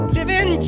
Living